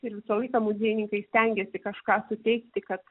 ir visą laiką muziejininkai stengiasi kažką suteikti kad